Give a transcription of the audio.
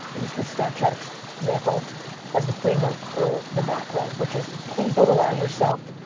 used this snapchat example as the framework for the macro which is please don't allow yourself